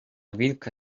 wilka